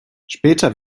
später